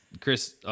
Chris